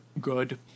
good